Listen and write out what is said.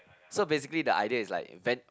so basically the idea is like went